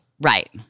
Right